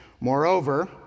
moreover